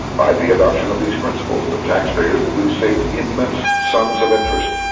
by the adoption of these principles, the taxpayers will be saved immense sums of interest.